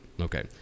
Okay